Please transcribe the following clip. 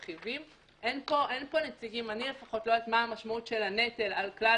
לא יודעת מה המשמעות של הנטל על כלל